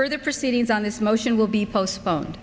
for the proceedings on this motion will be postpone